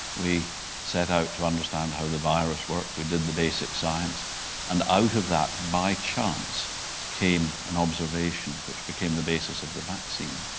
we set out to understand how the virus worked. we did the basic science and out of that by chance came an observation which became the basis of the vaccine.